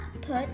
put